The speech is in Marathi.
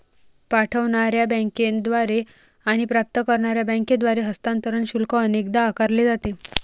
पाठवणार्या बँकेद्वारे आणि प्राप्त करणार्या बँकेद्वारे हस्तांतरण शुल्क अनेकदा आकारले जाते